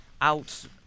Out